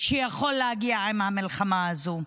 שיכול להגיע עם המלחמה הזו.